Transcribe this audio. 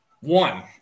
One